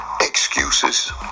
excuses